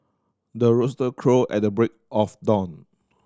the rooster crow at the break of dawn